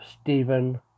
Stephen